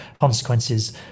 consequences